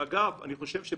אגב, גם